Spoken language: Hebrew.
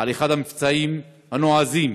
על אחד המבצעים הנועזים